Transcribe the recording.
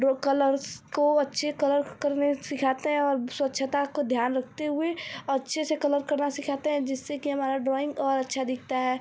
draw colours को अच्छे colour करने सिखाते हैं और स्वच्छता को ध्यान रखते हुए अच्छे से कलर करना सिखाते हैं जिससे कि हमारा ड्रॉइंग और अच्छा दिखता है